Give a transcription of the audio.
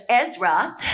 Ezra